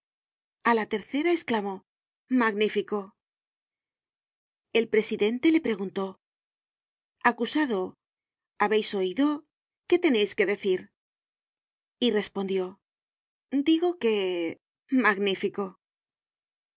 a la tercera esclamó magnífico el presidente le preguntó acusado habeis oido qué tenéis que decir y respondió digo que magnífico